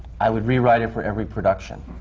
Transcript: i would rewrite it for every production.